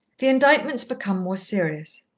the indictments become more serious.